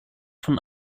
von